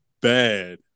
bad